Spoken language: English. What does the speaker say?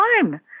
time